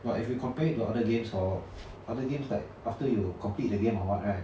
but if you compare it to other games hor other games like after you complete the game or what right